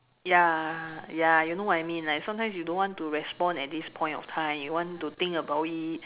ya ya you know what I mean right sometimes you don't want to respond at this point of time you want to think about it